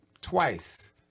twice